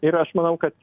ir aš manau kad